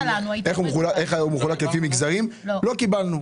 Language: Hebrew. במדיה, ואיך הוא מחולק לפי מגזרים ולא קיבלנו.